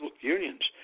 unions